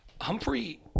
humphrey